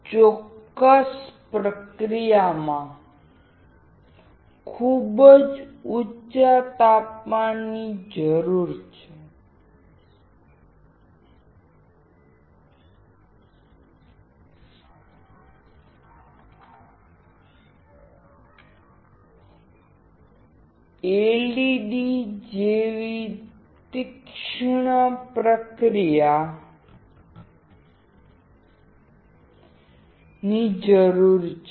ચોક્કસ પ્રક્રિયામાં ખૂબ ઉચા ચેમ્બર પ્રેશર જરૂરી છે LED જેવી તીક્ષ્ણ પ્રક્રિયા જરૂરી છે